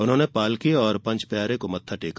उन्होंने पालकी और पंज प्यारे को मत्था टेका